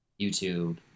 YouTube